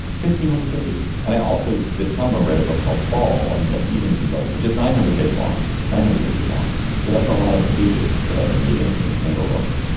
fifteen hundred pages. and i also this summer a book called fall and neal stephenson book which is nine hundred pages long nine hundred pages long so that's a lot of pages that i've been reading in single books.